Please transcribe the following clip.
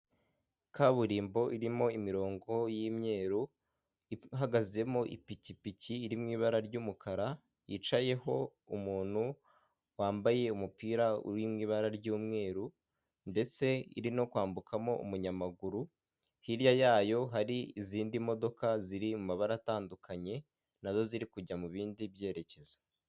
Kaburimbo irimo imirongo y'imyeru, ihagazemo ipikipiki iri mu ibara ry'umukara, yicayeho umuntu wambaye umupira uri mu ibara ry'umweru, ndetse iri kwambukamo umunyamaguru, hirya yayo hari izindi modoka ziri mu mabara atandukanye nazo ziri kujya mu bindi byerekezo.